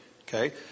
Okay